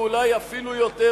ואולי אפילו יותר,